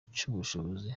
cy’ubushobozi